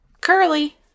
Curly